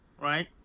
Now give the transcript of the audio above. right